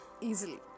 easily